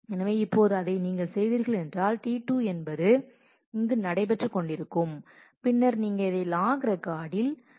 எனவே இப்போது அதை நீங்கள் செய்தீர்கள் என்றால் T2 என்பது என்பது இங்கு நடைபெற்றுக் கொண்டிருக்கும் பின்னர் நீங்கள் இதை லாக் ரெக்கார்டில் எழுதலாம்